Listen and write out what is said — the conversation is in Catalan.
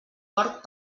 porc